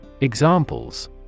Examples